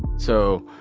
so,